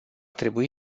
trebui